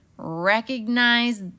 Recognize